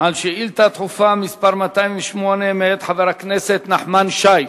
על שאילתא דחופה מס' 208, מאת חבר הכנסת נחמן שי,